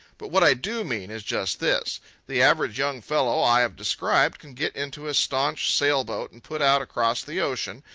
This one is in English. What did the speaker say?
but what i do mean is just this the average young fellow i have described can get into a staunch sail-boat and put out across the ocean,